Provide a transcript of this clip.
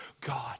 God